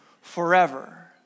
forever